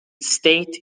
state